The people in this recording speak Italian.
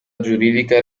giuridica